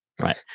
right